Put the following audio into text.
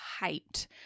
hyped